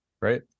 right